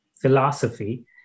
philosophy